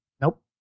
Nope